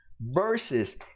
versus